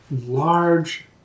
large